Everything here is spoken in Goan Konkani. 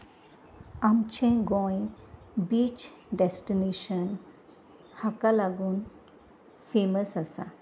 आमचें गोंय बीच डॅस्टिनेशन हाका लागून फेमस आसा